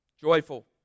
joyful